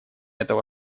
этого